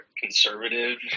conservative